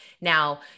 Now